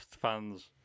fans